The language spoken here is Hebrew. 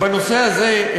בנושא הזה,